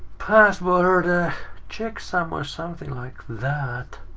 password ah checksum, or something like that,